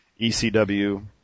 ECW